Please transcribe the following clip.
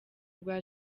rwa